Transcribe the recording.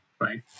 right